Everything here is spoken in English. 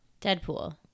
Deadpool